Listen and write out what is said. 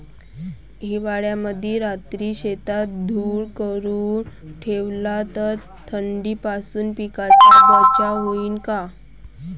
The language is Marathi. हिवाळ्यामंदी रात्री शेतात धुर करून ठेवला तर थंडीपासून पिकाचा बचाव होईन का?